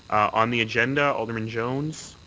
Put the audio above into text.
on the agenda, alderman jones?